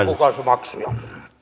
lukukausimaksuja